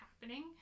happening